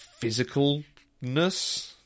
physicalness